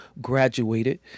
graduated